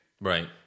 right